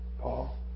Paul